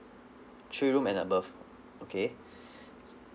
three room and above okay so